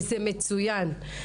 וזה מצוין.